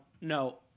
no